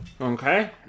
Okay